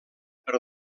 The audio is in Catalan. per